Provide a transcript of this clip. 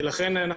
ולכן אנחנו